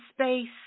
space